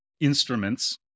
instruments